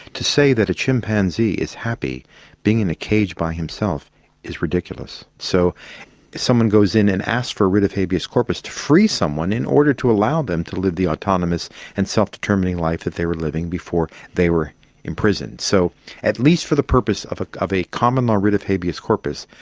to say that a chimpanzee is happy being in a cage by himself is ridiculous. so if someone goes in and asks for writ of habeas corpus to free someone in order to allow them to live the autonomous and self-determining life that they were living before they were in prison. so at least for the purpose of of a common law writ of habeas corpus,